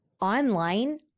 Online